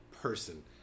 person